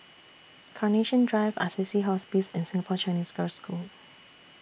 Carnation Drive Assisi Hospice and Singapore Chinese Girls' School